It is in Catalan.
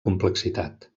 complexitat